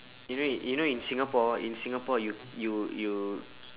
you know you know in singapore in singapore you you you